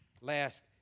Last